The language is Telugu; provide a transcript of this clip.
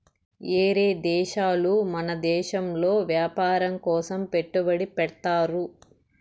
ఏరే దేశాలు మన దేశంలో వ్యాపారం కోసం పెట్టుబడి పెడ్తారు